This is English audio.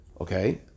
Okay